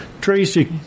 Tracy